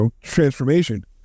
transformation